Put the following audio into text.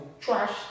trash